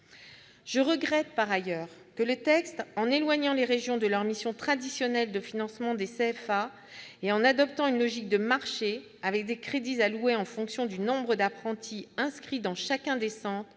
Je regrette par ailleurs que le texte, en éloignant les régions de leur mission traditionnelle de financement des CFA, et en adoptant une logique de marché, avec des crédits alloués en fonction du nombre d'apprentis inscrits dans chacun des centres,